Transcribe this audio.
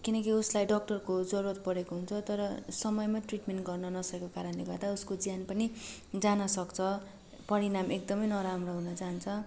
किनकि उसलाई डाक्टरको जरुरत परेको हुन्छ तर समयमा ट्रिटमेन्ट गर्न नसकेको कारणले गर्दा उसको ज्यान पनि जान सक्छ परिणाम एकदमै नराम्रो हुन जान्छ